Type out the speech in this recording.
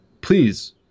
please